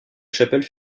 chapelle